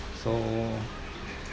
so